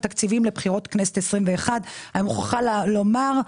התקציבים לבחירות לכנסת 21. אני מוכרחה לומר,